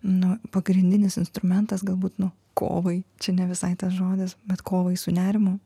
nu pagrindinis instrumentas galbūt nu kovai čia ne visai tas žodis bet kovai su nerimu